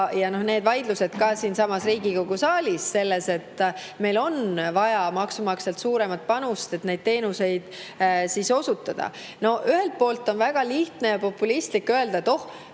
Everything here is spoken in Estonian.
Need vaidlused ka siinsamas Riigikogu saalis [tulenevad] sellest, et meil on vaja maksumaksjalt suuremat panust, et teenuseid osutada. Ühelt poolt on väga lihtne ja populistlik öelda, et oh,